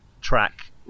track